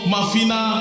Mafina